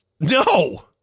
No